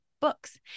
books